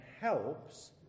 helps